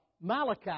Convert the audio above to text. Malachi